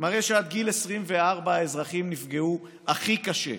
מראה שעד גיל 24 האזרחים נפגעו הכי קשה.